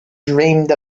dreamed